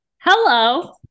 Hello